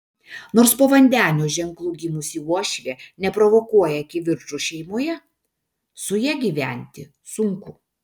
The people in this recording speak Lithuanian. nors po vandenio ženklu gimusi uošvė neprovokuoja kivirčų šeimoje su ja gyventi sunku